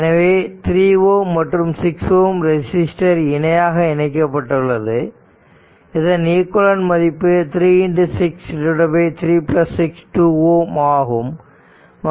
எனவே 3Ω மற்றும் 6 Ω ரெசிஸ்டர் இணையாக இணைக்கப்பட்டுள்ளது இதன் ஈக்விவலெண்ட் மதிப்பு 36 36 2Ω ஆகும்